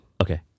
Okay